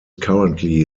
currently